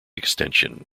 extension